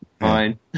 fine